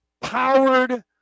powered